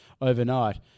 overnight